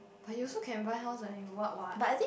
but you also can buy house when you what what